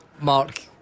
Mark